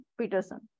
Peterson